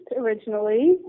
originally